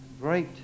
great